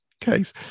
case